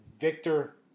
Victor